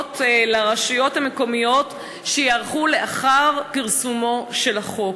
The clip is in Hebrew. לרשויות המקומיות שייערכו לאחר פרסומו של החוק.